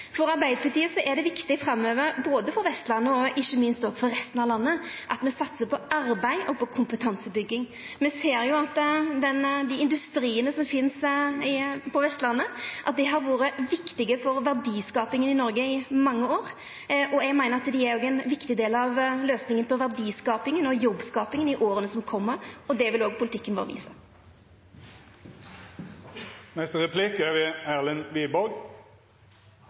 For Arbeidarpartiet er det viktig framover, både for Vestlandet og – ikkje minst – for resten av landet, at me satsar på arbeid og på kompetansebygging. Me ser at dei industriane som finst på Vestlandet, har vore viktige for verdiskapinga i Noreg i mange år, og eg meiner at dei er ein viktig del av løysinga for verdiskapinga og jobbskapinga i åra som kjem. Det vil òg politikken vår visa. Jeg vil begynne med å gratulere representanten Tajik med at hun skal sitte i arbeids- og